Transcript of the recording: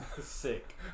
sick